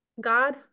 god